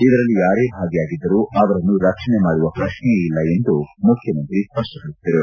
ಇದರಲ್ಲಿ ಯಾರೇ ಭಾಗಿಯಾಗಿದ್ದರೂ ಆವರನ್ನು ರಕ್ಷಣೆ ಮಾಡುವ ಪ್ರಶ್ನೆಯೇ ಇಲ್ಲ ಎಂದು ಮುಖ್ಯಮಂತ್ರಿಯವರು ಸ್ಪಷ್ಟಡಿಸಿದರು